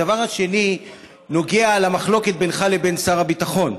הדבר השני נוגע למחלוקת בינך לבין שר הביטחון.